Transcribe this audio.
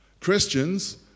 Christians